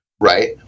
right